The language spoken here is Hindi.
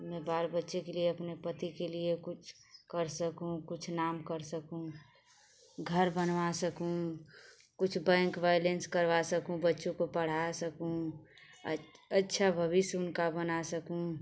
मैं बार बच्चों के लिए अपने पति के लिए कुछ कर सकूँ कुछ नाम कर सकूँ घर बनवा सकूँ कुछ बैंक बैलेंस करवा सकूँ बच्चों को पढ़ा सकूँ अच्छा भविष्य उनका बना सकूँ